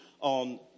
on